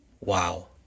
Wow